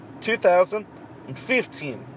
2015